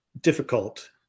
difficult